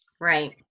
Right